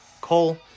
Cole